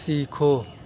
سیکھو